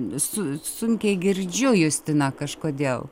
su sunkiai girdžiu justina kažkodėl